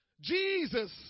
Jesus